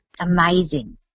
amazing